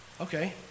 okay